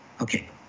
Okay